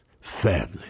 Family